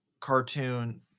cartoon